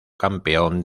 campeón